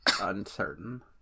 Uncertain